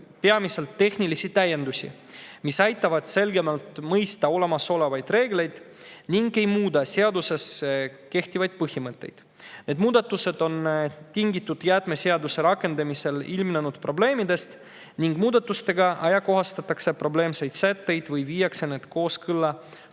peamiselt tehnilisi täiendusi, mis aitavad selgemalt mõista olemasolevaid reegleid ega muuda seaduses kehtivaid põhimõtteid. Need muudatused on tingitud jäätmeseaduse rakendamisel ilmnenud probleemidest ning muudatustega ajakohastatakse probleemseid sätteid või viiakse need kooskõlla